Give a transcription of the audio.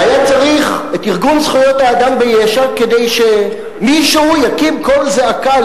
והיה צריך את ארגון זכויות האדם ביש"ע כדי שמישהו יקים קול זעקה על